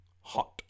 hot